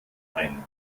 ein